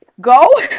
go